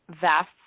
vast